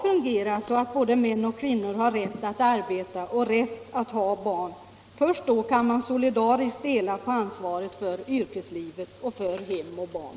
Först om både män och kvinnor får rätt att arbeta och rätt att ha barn kan man solidariskt dela på ansvaret i yrkeslivet och för hem och barn.